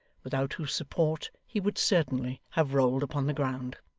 without whose support he would certainly have rolled upon the ground.